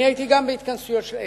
אני הייתי גם בהתכנסויות של איפא"ק,